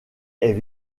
est